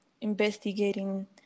investigating